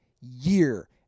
Year